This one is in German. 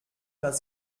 das